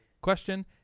question